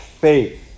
faith